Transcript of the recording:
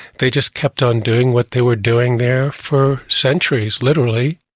they just kept on doing what they were doing there for centuries, literally.